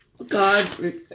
God